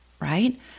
right